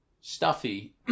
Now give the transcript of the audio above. stuffy